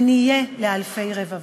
ונהיה "לאלפי רבבה".